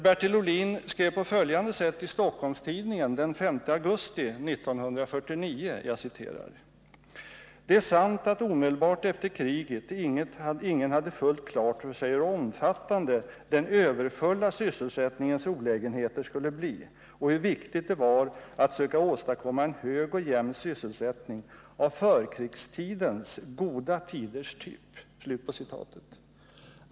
Han skrev på följande sätt i Stockholms-Tidningen den 5 augusti 1949: Det är sant att omedelbart efter kriget ingen hade fullt klart för sig hur omfattande den överfulla sysselsättningens olägenheter skulle bli och hur viktigt det var att söka åstadkomma en hög och jämn sysselsättning av förkrigstidens goda tiders typ.